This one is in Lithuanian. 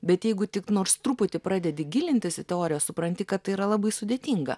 bet jeigu tik nors truputį pradedi gilintis į teoriją supranti kad tai yra labai sudėtinga